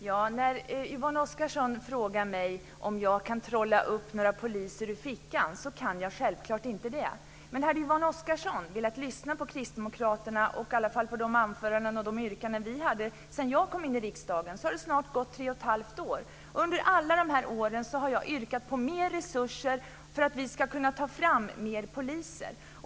Fru talman! Yvonne Oscarsson frågade mig om jag kan trolla fram några poliser ur fickan. Självklart kan jag inte det. Men Yvonne Oscarsson hade kanske kunnat lyssna på de anföranden och yrkanden som Kristdemokraterna gjort sedan jag kom in i riksdagen. Det har snart gått tre och ett halvt år sedan dess. Under alla dessa år har jag yrkat på mer resurser för att man ska kunna ta fram fler poliser.